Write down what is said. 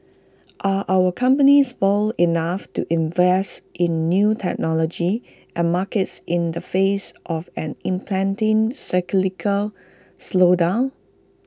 are our companies bold enough to invest in new technology and markets in the face of an impending cyclical slowdown